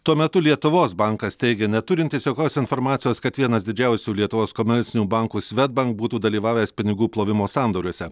tuo metu lietuvos bankas teigia neturintis jokios informacijos kad vienas didžiausių lietuvos komercinių bankų svedbank būtų dalyvavęs pinigų plovimo sandoriuose